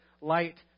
light